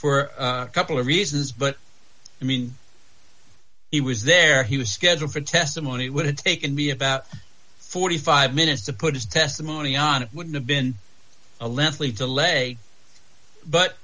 for a couple of reasons but i mean he was there he was scheduled for testimony it would have taken me about forty five minutes to put his testimony on it wouldn't have been a leslie de lay but